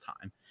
time